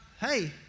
hey